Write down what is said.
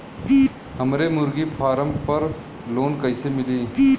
हमरे मुर्गी फार्म पर लोन कइसे मिली?